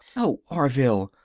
oh, orville!